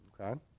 okay